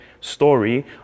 story